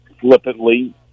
flippantly